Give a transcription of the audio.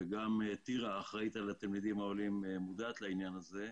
טירה שהיא האחראית על התלמידים העולים מודעת לעניין הזה.